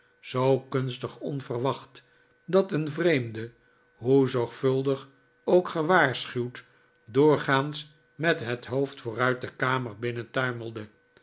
zoo kunstig onverwacht dat een vreemde hoe zorgvuldig ook gewaarschuwd doorgaans met het hoofd vooruit de kamer